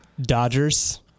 Dodgers